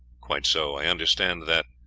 quite so. i understand that,